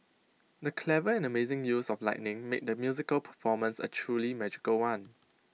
the clever and amazing use of lighting made the musical performance A truly magical one